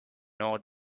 nor